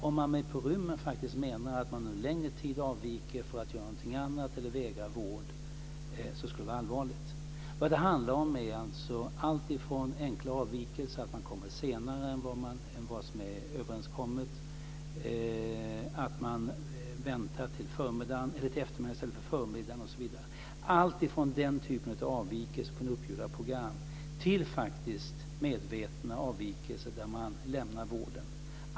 Om man med på rymmen menar att man under längre tid är avviken för att göra någonting annat eller för att vägra vård skulle det vara allvarligt. Vad det handlar om är alltså alltifrån enkla avvikelser från uppgjorda program - att man kommer senare än vad som är överenskommet, att man väntar till eftermiddagen i ställer för förmiddagen osv. - till medvetna avvikelser då man lämnar vården.